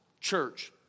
church